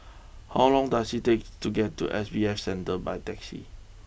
how long does it take to get to S B F Center by taxi